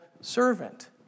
servant